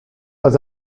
pas